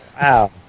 Wow